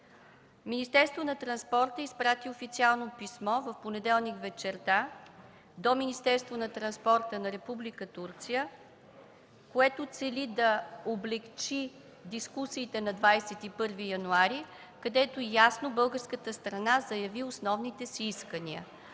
и съобщенията изпрати официално писмо в понеделник вечерта до Министерството на транспорта на Република Турция, което цели да облекчи дискусиите на 21 януари, където ясно българската страна заяви основните си искания.